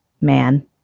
man